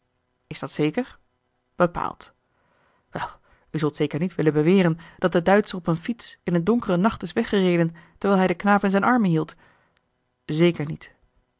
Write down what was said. is dat zeker bepaald wel u zult zeker niet willen beweren dat de duitscher op een fiets in een donkeren nacht is weggereden terwijl hij den knaap in zijn armen hield zeker niet